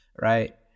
right